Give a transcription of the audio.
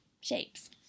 shapes